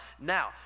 Now